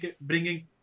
bringing